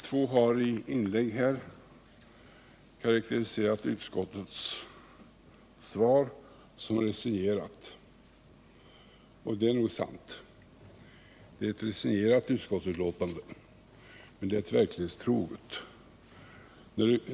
Båda har i inlägg karakteriserat utskottets svar som resignerat, och det är nog sant. Det är ett resignerat utskottsbetänkande, men det är verklighetstroget.